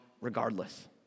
regardless